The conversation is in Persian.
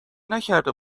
نکرده